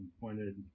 pointed